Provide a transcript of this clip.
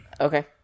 Okay